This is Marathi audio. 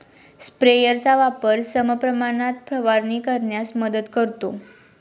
स्प्रेयरचा वापर समप्रमाणात फवारणी करण्यास मदत करतो